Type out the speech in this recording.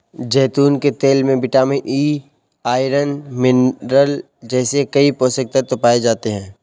जैतून के तेल में विटामिन ई, आयरन, मिनरल जैसे कई पोषक तत्व पाए जाते हैं